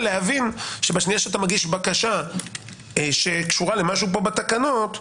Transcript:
כדי להבין שבשנייה שאתה מגיש בקשה שקשורה למשהו בתקנות,